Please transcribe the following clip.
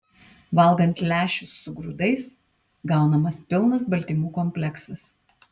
valgant lęšius su grūdais gaunamas pilnas baltymų kompleksas